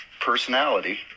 personality